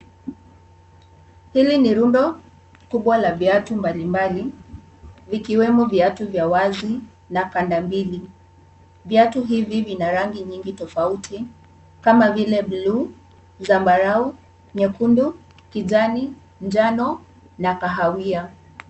Hili ni rundo kubwa la viatu mbalimbali vikiwemo viatu vya wazi na kanda mbili. Viatu hivi vina rangi nyingi tofauti kama vile; buluu, zambarau, nyekundu , kijani , njano na kahawia.